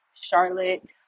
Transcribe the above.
Charlotte